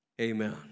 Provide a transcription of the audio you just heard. Amen